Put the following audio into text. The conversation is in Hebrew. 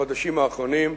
בחודשים האחרונים,